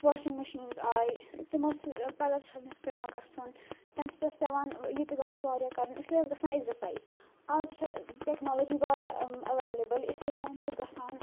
washing machines آیہِ تِم آسہٕ ٲں پَلوٚو چھَلنہِ اوس پیٚوان گَژھُن تَمہِ سۭتۍ ٲس پیٚوان یہِ تہٕ گَژھ واریاہ کرٕنۍ اس لیے ٲسۍ گَژھان ایٚگزَرسَایز آز چھِ ٹیٚکنالوجی واریاہ ایٚولیبٕل اس لیے چھُ اَمہِ سۭتۍ گَژھان